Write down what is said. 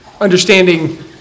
understanding